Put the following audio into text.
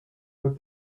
but